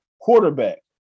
quarterback